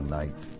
night